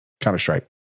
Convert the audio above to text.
Counter-Strike